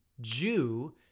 Jew